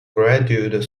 graduate